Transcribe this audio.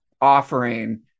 offering